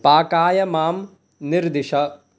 पाकाय मां निर्दिश